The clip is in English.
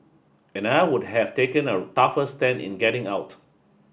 and I would have taken a tougher stand in getting out